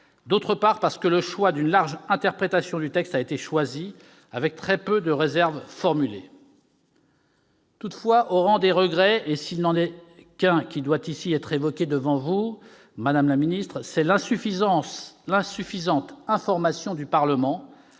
D'autre part, parce que a été choisie une large interprétation du texte, avec très peu de réserves formulées. Toutefois, au rang des regrets, et s'il n'en est qu'un qui doit être évoqué devant vous, madame la secrétaire d'État, c'est l'insuffisante information du Parlement,